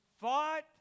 fought